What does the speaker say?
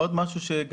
עוד דבר שבדקתי,